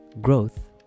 Growth